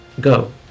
Go